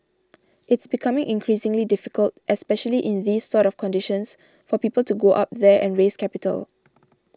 it's becoming increasingly difficult especially in these sort of conditions for people to go up there and raise capital